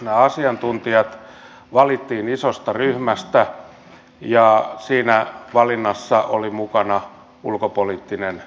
nämä asiantuntijat valittiin isosta ryhmästä ja siinä valinnassa oli mukana ulkopoliittinen johto